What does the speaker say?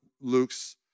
Luke's